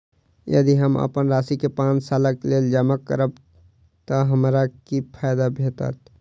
यदि हम अप्पन राशि केँ पांच सालक लेल जमा करब तऽ हमरा की फायदा भेटत?